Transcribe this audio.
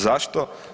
Zašto?